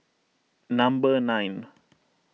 number nine